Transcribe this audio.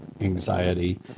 anxiety